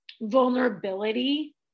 Vulnerability